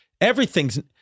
everything's